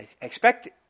expect